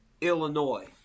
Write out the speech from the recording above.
Illinois